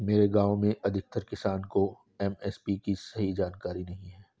मेरे गांव में अधिकतर किसान को एम.एस.पी की सही जानकारी नहीं है